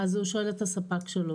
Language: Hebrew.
אז הוא שואל את הספק שלו.